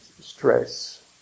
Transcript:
stress